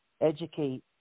educate